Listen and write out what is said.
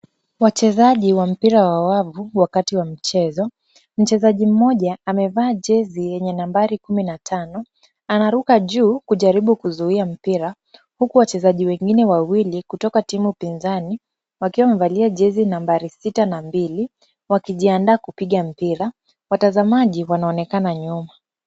Wachezaji wa mpira wa wavu wakati wa mchezo. Mchezaji mmoja amevaa jezi yenye nambari kumi na tano. Anaruka juu kujaribu kuzuia mpira huku wachezaji wengine wawili kutoka timu pinzani wakiwa wamevalia jezi nambari sita na mbili wakijiandaa kupiga mpira. Watazamaji wanaonekana nyuma.